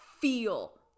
feel